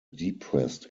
depressed